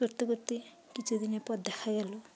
করতে করতে কিছু দিনের পর দেখা গেলো